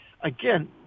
again